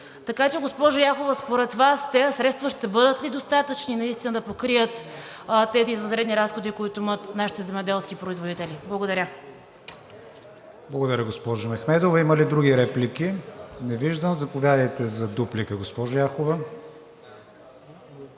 Така че, госпожо Яхова, според Вас тези средства ще бъдат ли достатъчни наистина да покрият тези извънредни разходи, които имат нашите земеделски производители? Благодаря. ПРЕДСЕДАТЕЛ КРИСТИАН ВИГЕНИН: Благодаря, госпожо Мехмедова. Има ли други реплики? Не виждам. Заповядайте за дуплика, госпожо Яхова.